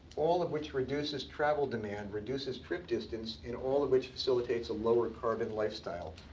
all of which reduces travel demand. reduces trip distance. and all of which facilitates a lower carbon lifestyle.